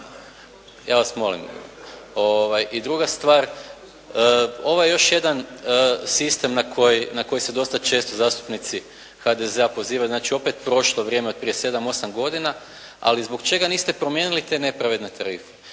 Ja vas molim! I druga stvar, ovaj još jedan sistem na koji se dosta često zastupnici HDZ-a pozivaju. Znači, opet prošlo vrijeme od prije 7, 8 godina. Ali zbog čega niste promijenili te nepravedne tarife.